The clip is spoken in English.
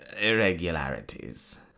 irregularities